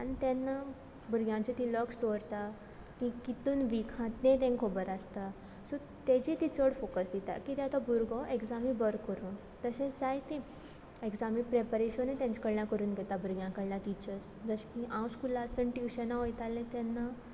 आनी तेन्ना भुरग्यांचेर ती लक्ष दवरता तीं कितून वीक हा तें तेंकां खबर आसता सो तेजेर तीं चड फोकस दिता कित्या तो भुरगो एक्जामी बर करूं तशेंच जायतें एक्जामी प्रेपरेशनूय तेंच कडल्यान करून घेता भुरग्यां कडल्यान टिचर्स जशें की हांव स्कुलांत आसतना ट्युशनाक वयतालें तेन्ना